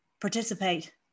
participate